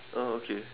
oh okay